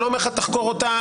אני לא אומר לך שתחקור אותה,